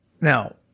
Now